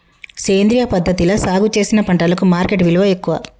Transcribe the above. సేంద్రియ పద్ధతిలా సాగు చేసిన పంటలకు మార్కెట్ విలువ ఎక్కువ